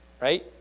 right